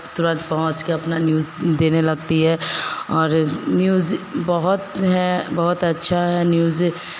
तुरंत पहुँच के अपना न्यूज़ देने लगती है और न्यूज़ बहुत हैं बहुत अच्छा है न्यूज़